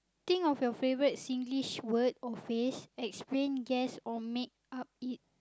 think of your favourite Singlish word or phrase explain guess or make up it